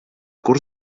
curs